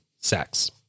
sex